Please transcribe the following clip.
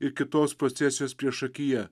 ir kitos procesijos priešakyje